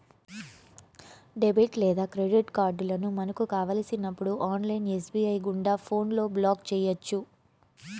debit లేదా credit కార్డులను మనకు కావలసినప్పుడు ఆన్లైన్ ఎస్.బి.ఐ గుండా ఫోన్లో బ్లాక్ చేయొచ్చు